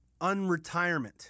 unretirement